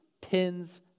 pins